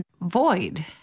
void